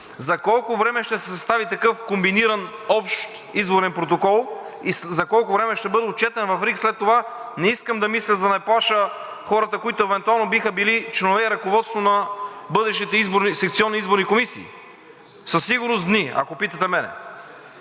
За колко време ще се състави такъв комбиниран общ изборен протокол и за колко време ще бъде отчетен в РИК след това, не искам да мисля, за да не плаша хората, които евентуално биха били членове и ръководство на бъдещите секционни изборни комисии. Със сигурност дни – ако питате мене.